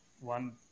one